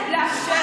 מה האמירות האלה,